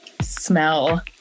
smell